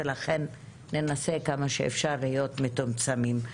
לכן ננסה כמה שאפשר להיות מתומצתים.